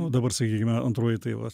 o dabar sakykime antroji tai va